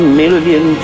million